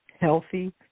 healthy